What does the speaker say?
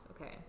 okay